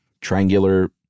triangular